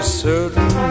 certain